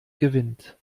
gewinnt